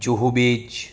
Juhu beach